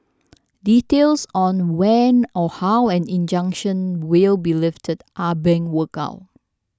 details on when or how an injunction will be lifted are being worked out